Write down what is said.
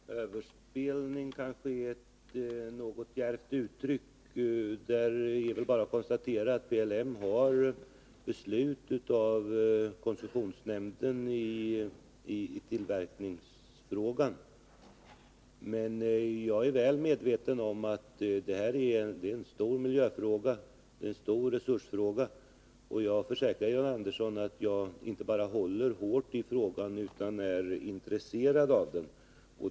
Herr talman! Överspelning kanske är ett något djärvt uttryck. Det är bara att konstatera att PLM i tillverkningsfrågan har beslut av koncessionsnämnden att stödja sig på. Men jag är väl medveten om att detta är en stor miljöfråga och en stor resursfråga. Jag försäkrar John Andersson att jag inte bara håller hårt i frågan utan är intresserad av den.